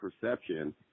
perception